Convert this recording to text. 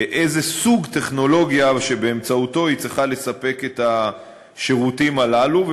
מהו סוג הטכנולוגיה שבאמצעותו היא צריכה לספק את השירותים הללו.